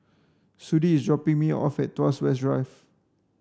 Sudie is dropping me off at Tuas West Drive